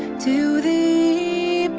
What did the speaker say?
to the